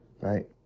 Right